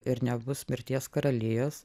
ir nebus mirties karalijos